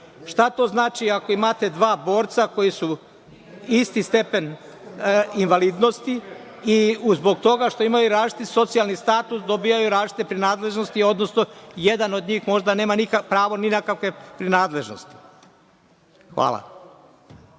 to znači ako imate dva borca koji su isti stepen invalidnosti i zbog toga što imaju različiti socijalni status dobijaju različite nadležnosti, odnosno jedan od njih možda nema pravo ni na kakve prinadležnosti? Možda